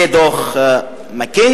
זה דוח "מקינזי",